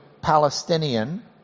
Palestinian